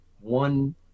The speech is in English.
one